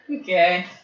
Okay